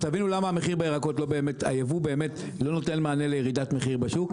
שתבינו למה היבוא לא נותן מענה לירידת מחיר בשוק?